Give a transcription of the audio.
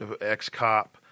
ex-cop